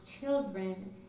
children